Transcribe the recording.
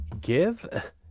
give